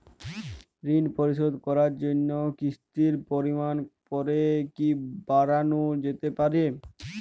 ঋন পরিশোধ করার জন্য কিসতির পরিমান পরে কি বারানো যেতে পারে?